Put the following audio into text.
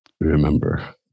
Remember